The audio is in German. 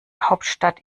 hauptstadt